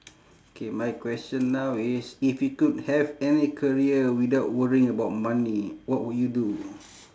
K my question now is if you could have any career without worrying about money what would you do